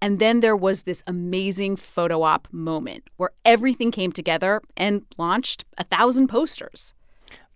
and then there was this amazing photo op moment, where everything came together and launched a thousand posters